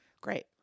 great